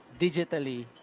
digitally